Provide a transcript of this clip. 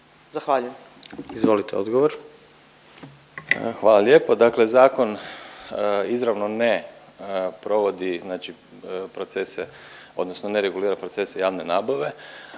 odgovor. **Gršić, Bernard** Hvala lijepo. Dakle, zakon izravno ne provodi procese odnosno ne regulira procese javne nabave,